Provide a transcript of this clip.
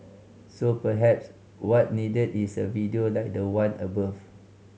so perhaps what needed is a video like the one above